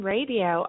Radio